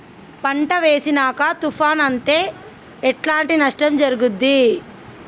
పంట వేసినంక తుఫాను అత్తే ఎట్లాంటి నష్టం జరుగుద్ది?